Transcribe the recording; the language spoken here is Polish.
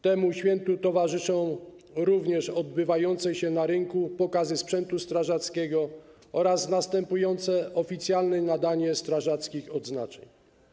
Temu świętu towarzyszą również odbywające się na rynku pokazy sprzętu strażackiego oraz następujące potem oficjalne nadanie strażackich odznaczeń.